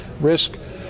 risk